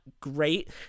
great